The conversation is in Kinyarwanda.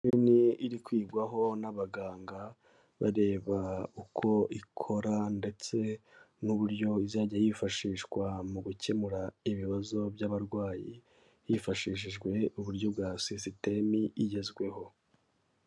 Imashini ri kwigwaho n'abaganga bareba uko ikora ndetse n'uburyo izajya yifashishwa mu gukemura ibibazo by'abarwayi hifashishijwe uburyo bwa sisitemi igezweho.